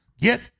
Get